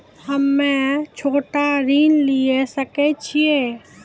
हम्मे छोटा ऋण लिये सकय छियै?